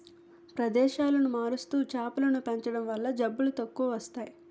ప్రదేశాలను మారుస్తూ చేపలను పెంచడం వల్ల జబ్బులు తక్కువస్తాయి